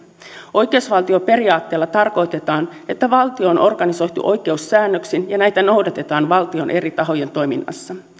oikeusvaltioperiaatteella tarkoitetaan että valtio on organisoitu oikeussäännöksin ja näitä noudatetaan valtion eri tahojen toiminnassa